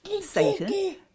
Satan